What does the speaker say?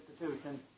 institutions